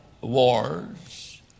wars